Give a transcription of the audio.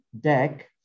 deck